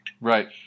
Right